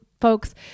folks